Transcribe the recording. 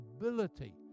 ability